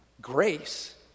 Grace